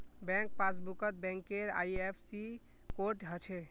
bank पासबुकत बैंकेर IFSC code हछे